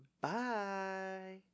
Bye